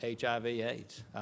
HIV-AIDS